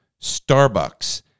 Starbucks